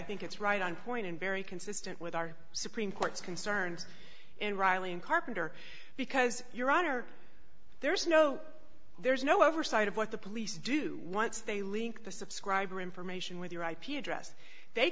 think it's right on point and very consistent with our supreme court's concerns in riley and carpenter because your honor there's no there's no oversight of what the police do once they link the subscriber information with your ip address they